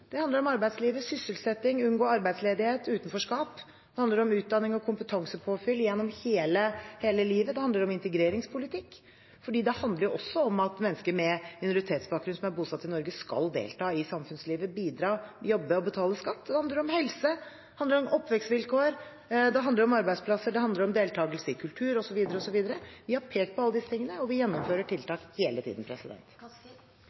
Det handler om arbeidslivet, om sysselsetting, om å unngå arbeidsledighet og utenforskap. Det handler om utdanning og kompetansepåfyll gjennom hele livet. Det handler om integreringspolitikk, for det handler jo også om at mennesker med minoritetsbakgrunn som er bosatt i Norge, skal delta i samfunnslivet – bidra, jobbe og betale skatt. Det handler om helse. Det handler om oppvekstvilkår. Det handler om arbeidsplasser. Det handler om deltakelse i kultur, osv., osv. Vi har pekt på alle disse tingene, og vi gjennomfører